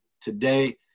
today